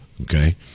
okay